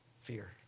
Fear